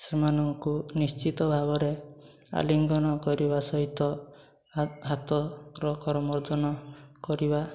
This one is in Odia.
ସେମାନଙ୍କୁ ନିଶ୍ଚିତ ଭାବରେ ଆଲିଙ୍ଗନ କରିବା ସହିତ ହାତର କରମର୍ଦ୍ଦନ କରିବା